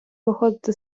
виходити